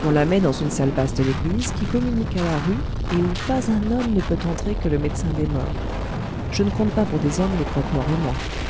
on la met dans une salle basse de l'église qui communique à la rue et où pas un homme ne peut entrer que le médecin des morts je ne compte pas pour des hommes les croque-morts